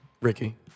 Ricky